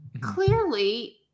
clearly